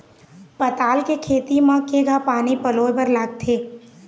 पताल के खेती म केघा पानी पलोए बर लागथे?